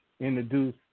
Introduce